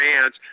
fans